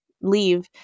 leave